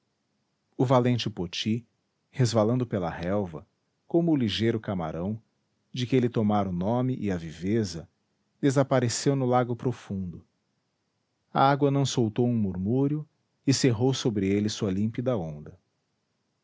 o valente poti resvalando pela relva como o ligeiro camarão de que ele tomara o nome e a viveza desapareceu no lago profundo a água não soltou um murmúrio e cerrou sobre ele sua límpida onda